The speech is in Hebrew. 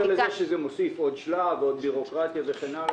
מעבר לזה שזה מוסיף עוד שלב עוד בירוקרטיה וכן הלאה.